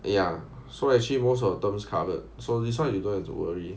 ya so actually most of the terms covered so this one you don't have to worry